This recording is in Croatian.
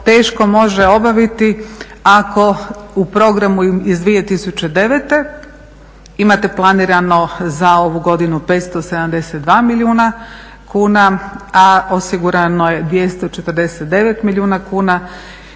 teško može obaviti ako u programu iz 2009.imate planirano za ovu godinu 572 milijuna, a osigurano je 249 milijuna kuna